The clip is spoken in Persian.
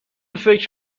فکر